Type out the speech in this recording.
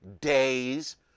days